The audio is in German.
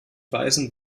weisen